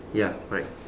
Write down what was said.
ya correct